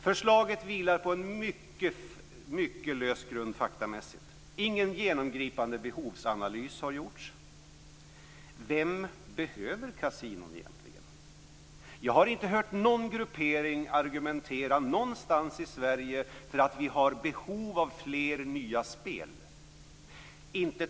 Förslaget vilar på mycket lös grund faktamässigt. Ingen genomgripande behovsanalys har gjorts. Vem behöver kasinon egentligen? Jag har inte hört någon gruppering argumentera någonstans i Sverige för att vi har behov av fler nya spel.